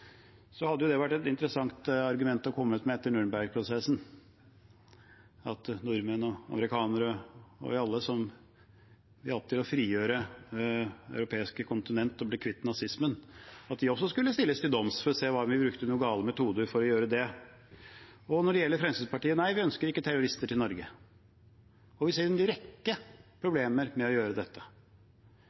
hadde det vært et interessant argument å komme med til Nürnbergprosessen – at nordmenn, amerikanere og alle som hjalp til med å frigjøre det europeiske kontinent og bli kvitt nazismen, skulle stilles til doms, for å se hva man brukte av gale metoder for å gjøre det. Når det gjelder Fremskrittspartiet: Nei, vi ønsker ikke terrorister til Norge, og vi ser en rekke problemer med